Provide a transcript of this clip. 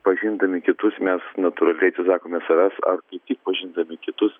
pažindami kitus mes natūraliai atsisakome savęs ar kaip tik pažindami kitus